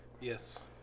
Yes